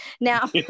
Now